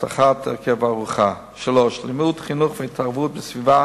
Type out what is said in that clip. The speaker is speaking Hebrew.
והבטחת הרכב הארוחה, 3. לימוד חינוך ותרבות בסביבה